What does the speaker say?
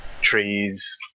trees